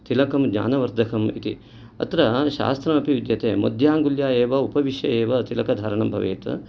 तिलकं ज्ञानवर्धकम् इति अत्र शास्त्रमपि विद्यते मध्याङ्गुल्या एव उपविश्य एव तिलकधारणं भवेत्